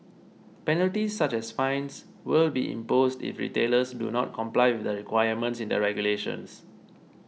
penalties such as fines will be imposed if retailers do not comply with the requirements in the regulations